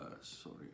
Sorry